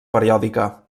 periòdica